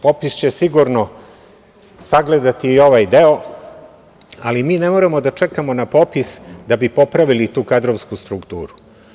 Popis će sigurno sagledati i ovaj deo, ali mi ne moramo da čekamo na popis da bi popravili tu kadrovsku strukturu.